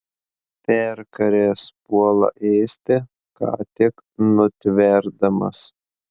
perkaręs puola ėsti ką tik nutverdamas